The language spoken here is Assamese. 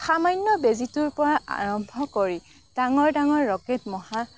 সামান্য বেজিটোৰ পৰা আৰম্ভ কৰি ডাঙৰ ডাঙৰ ৰকেট মহা